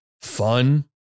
fun